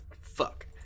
Fuck